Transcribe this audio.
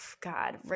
God